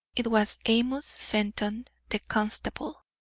it was amos fenton, the constable.